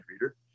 reader